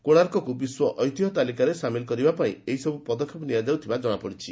କୋଶାର୍କକୁ ବିଶ୍ୱ ଐତିହ୍ୟ ତାଲିକାରେ ସାମିଲ୍ କରିବାପାଇଁ ଏହିସବୁ ପଦକ୍ଷେପ ନିଆଯାଉଥିବା ଜଣାପଡ଼ିଛି